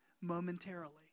momentarily